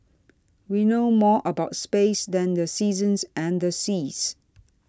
we know more about space than the seasons and the seas